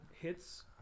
hits